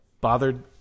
bothered